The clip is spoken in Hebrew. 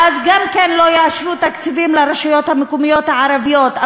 ואז גם לא יאשרו תקציבים לרשויות המקומיות הערביות,